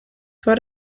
vor